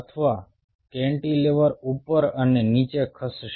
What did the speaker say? અથવા કેન્ટિલીવર ઉપર અને નીચે ખસશે